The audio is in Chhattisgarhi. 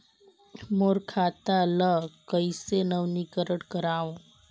मोर खाता ल कइसे नवीनीकरण कराओ?